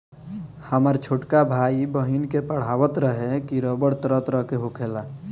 हामर छोटका भाई, बहिन के पढ़ावत रहे की रबड़ तरह तरह के होखेला